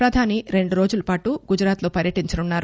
ప్రధాని రెండు రోజుల పాటు గుజరాత్ లో పర్యటించనున్నారు